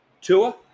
tua